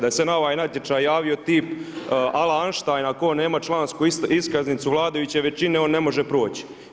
Da se na ovaj natječaj javio tip ala Einsteina, ako nema člansku iskaznicu vladajuće većine on ne može proći.